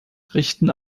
richten